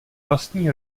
vlastní